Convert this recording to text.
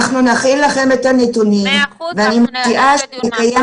אנחנו נכין לכם את הנתונים ואני מציעה שנקיים